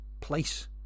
place